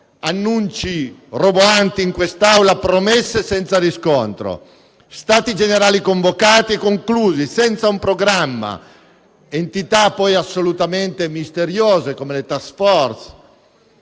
annunci roboanti in quest'Aula, promesse senza riscontro, stati generali convocati e conclusi senza un programma ed entità assolutamente misteriose, come le *task force*.